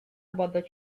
about